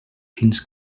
fins